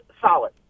solid